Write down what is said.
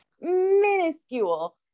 minuscule